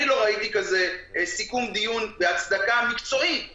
אני לא ראיתי כזה סיכום דיון והצדקה מקצועית לדברים.